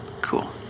Cool